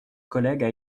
collègues